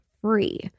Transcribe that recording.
free